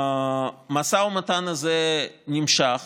המשא ומתן הזה נמשך